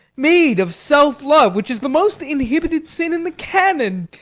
made of self-love, which is the most inhibited sin in the canon.